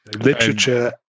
Literature